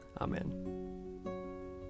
Amen